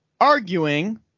arguing